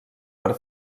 per